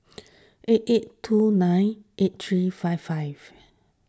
eight eight two nine eight three five five